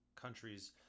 countries